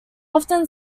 often